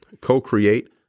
co-create